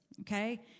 Okay